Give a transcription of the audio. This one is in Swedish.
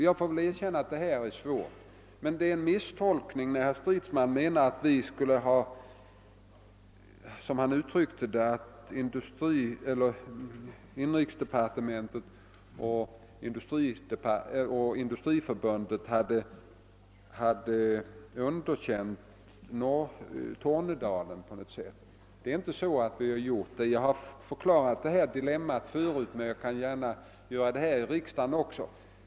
Jag erkänner att det här är svårt, men det är en misstolkning, när herr Stridsman säger att inrikesdepartementet och Industriförbundet har, som han uttryckte det, på något sätt underkänt Tornedalen. Det har vi inte gjort. Jag har förklarat detta dilemma förut, men jag kan gärna göra det här i riksdagen också.